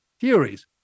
theories